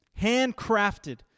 handcrafted